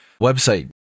website